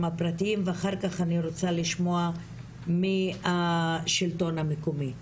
הפרטיים ואחר כך אני רוצה לשמוע מהשלטון המקומי.